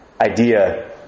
idea